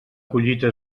collita